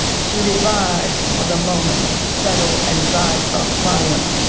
she revived for the moment, settle and dried up triumphs.